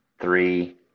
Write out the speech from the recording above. three